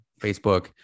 Facebook